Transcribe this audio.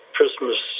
Christmas